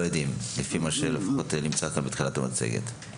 לפחות לפי מה שנמצא כאן בתחילת המצגת,